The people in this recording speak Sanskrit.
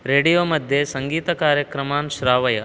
रेडियो मध्ये सङ्गीतकार्यक्रमान् श्रावय